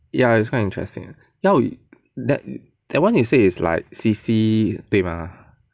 ya it's quite interesting ya that that [one] you said is like C_C 对 mah